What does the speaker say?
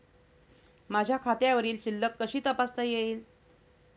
माझ्या खात्यावरील शिल्लक कशी तपासता येईल?